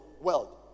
world